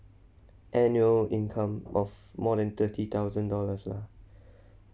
annual income of more than thirty thousand dollars lah